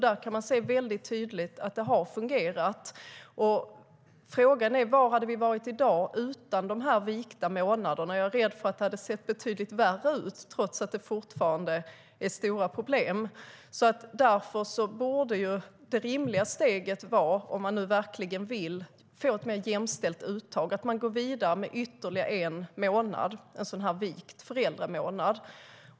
Man kan se tydligt att det har fungerat.Frågan är: Var hade vi varit i dag utan dessa vikta månader? Jag är rädd för att det hade sett betydligt värre ut, trots att det fortfarande är stora problem. Därför borde det rimliga steget vara, om man nu verkligen vill få ett mer jämställt uttag, att man går vidare med ytterligare en vikt föräldramånad.